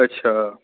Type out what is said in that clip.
अच्छा